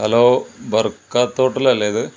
hello Barkat ഹോട്ടലല്ലെ ഇത്